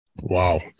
Wow